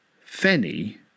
Fenny